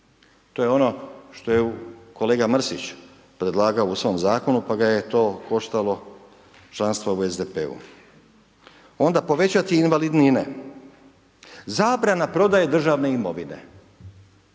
To je ono što je kolega Mrsić predlagao u svom zakonu, pa ga je to koštalo članstva u SDP-u. Onda povećati invalidnine. Zabrana prodaje državne imovine,